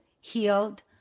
healed